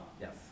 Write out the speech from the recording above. Yes